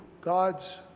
God's